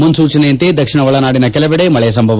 ಮುನ್ಲೂಚನೆಯಂತೆ ದಕ್ಷಿಣ ಒಳನಾಡಿನ ಕೆಲವೆಡೆ ಮಳೆ ಸಂಭವ